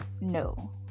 No